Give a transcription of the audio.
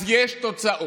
אז יש תוצאות,